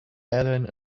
airline